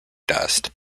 dust